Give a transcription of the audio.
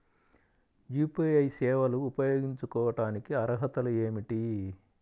UPI సేవలు ఉపయోగించుకోటానికి అర్హతలు ఏమిటీ?